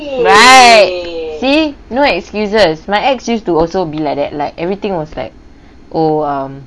right see no excuses my ex used to also be like that like everything was like oh um